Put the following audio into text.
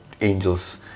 angels